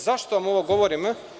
Zašto vam ovo govorim?